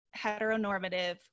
heteronormative